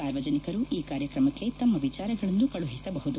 ಸಾರ್ವಜನಿಕರು ಈ ಕಾರ್ಯಕ್ರಮಕ್ಷೆ ತಮ್ಮ ವಿಚಾರಗಳನ್ನು ಕಳುಹಿಸಬಹುದು